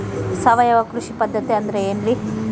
ಸಾವಯವ ಕೃಷಿ ಪದ್ಧತಿ ಅಂದ್ರೆ ಏನ್ರಿ?